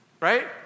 right